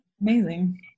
Amazing